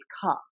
come